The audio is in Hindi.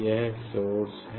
यह सोर्स है